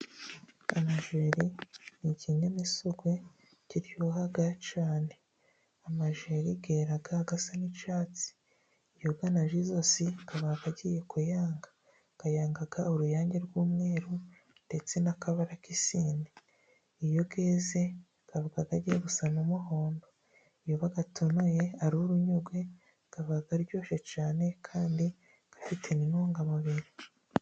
Amajeri ni ikinyamisogwe kiryoha cyane, amajeri yera asa n'icyatsi iyo anaze ijosi aba agiye kuyanga, ayanga uruyange rw'umweru ndetse n'akabara k'isine, iyo yeze agakura aba agiye gusa n'umuhondo, yaba atonoye ari urunyogwe aba aryoshye cyane kandi afite intungamubiri.